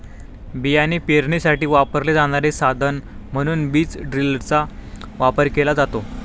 बियाणे पेरणीसाठी वापरले जाणारे साधन म्हणून बीज ड्रिलचा वापर केला जातो